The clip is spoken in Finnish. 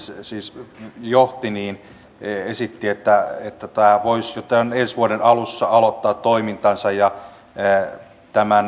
valiokunta kiinnittää huomiota siihen että momentin liikkumavara käynnissä olevien operaatioiden muutoksiin ja mahdollisiin uusiin operaatioihin on erittäin pieni